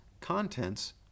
contents